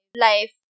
life